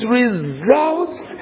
results